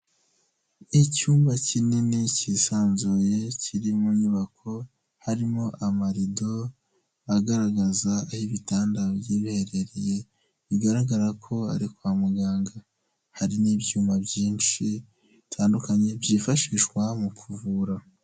Icyumba kinini cy'isanzuye kiri mu nyubako harimo amarido agaragaza ibitanda by'ibereye bigaragara ko ari kwa muganga hari n'ibyuma byinshi bitandukanye byifashishwa mu kuvura.